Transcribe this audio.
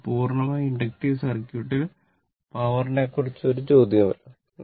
അതിനാൽ പൂർണ്ണമായും ഇൻഡക്റ്റീവ് സർക്യൂട്ടിൽ പവർ നെ ക്കുറിച്ച് ഒരു ചോദ്യവുമില്ല